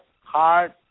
heart